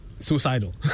Suicidal